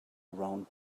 round